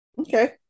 Okay